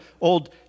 Old